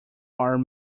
are